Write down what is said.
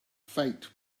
faked